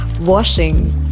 washing